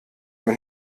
man